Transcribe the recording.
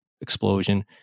explosion